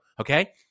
okay